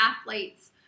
athletes